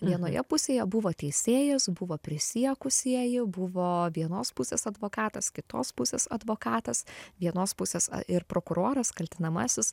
vienoje pusėje buvo teisėjas buvo prisiekusieji buvo vienos pusės advokatas kitos pusės advokatas vienos pusės ir prokuroras kaltinamasis